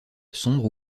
sombre